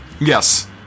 Yes